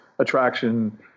attraction